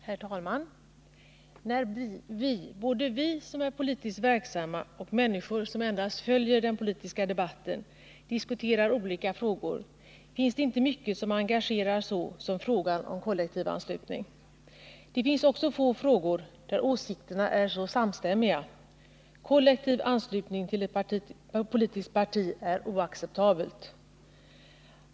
Herr talman! När både vi som är politiskt verksamma och människor som endast följer den politiska debatten diskuterar olika frågor, finns det inte mycket som engagerar så som frågan om kollektivanslutning. Det finns också få frågor där åsikterna är så samstämmiga: Kollektiv anslutning till ett politiskt parti är oacceptabelt.